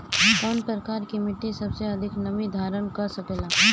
कौन प्रकार की मिट्टी सबसे अधिक नमी धारण कर सकेला?